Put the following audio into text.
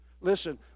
listen